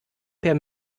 per